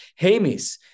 Hamis